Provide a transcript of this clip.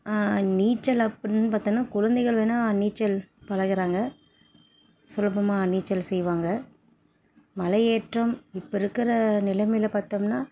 நீச்சல் அப்புடின்னு பார்த்தோன்னா குழந்தைகள் வேணால் நீச்சல் பழகறாங்க சுலபமாக நீச்சல் செய்வாங்க மலை ஏற்றம் இப்போ இருக்கிற நிலைமையில் பார்த்தோம்னா